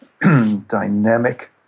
dynamic